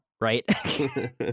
right